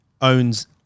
owns